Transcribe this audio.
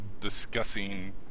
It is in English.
discussing